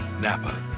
Napa